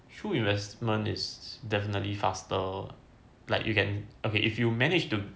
shoe investment is definitely faster like you can okay if you manage to